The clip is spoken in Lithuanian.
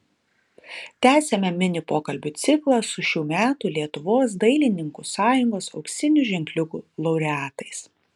tęsiame mini pokalbių ciklą su šių metų lietuvos dailininkų sąjungos auksinių ženkliukų laureatais